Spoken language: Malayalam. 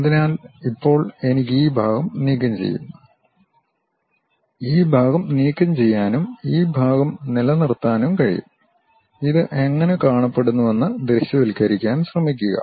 അതിനാൽ ഇപ്പോൾ എനിക്ക് ഈ ഭാഗം നീക്കംചെയ്യും ഈ ഭാഗം നീക്കംചെയ്യാനും ഈ ഭാഗം നിലനിർത്താനും കഴിയും ഇത് എങ്ങനെ കാണപ്പെടുന്നുവെന്ന് ദൃശ്യവൽക്കരിക്കാൻ ശ്രമിക്കുക